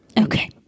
okay